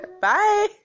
Bye